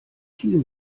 viel